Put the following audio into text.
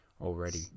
already